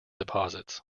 deposits